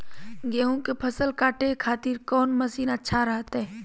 गेहूं के फसल काटे खातिर कौन मसीन अच्छा रहतय?